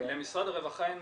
למשרד הרווחה אין